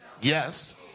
Yes